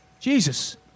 Jesus